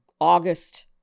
August